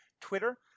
Twitter